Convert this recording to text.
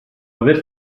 aver